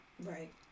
right